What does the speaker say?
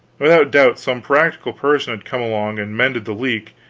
without doubt some practical person had come along and mended the leak,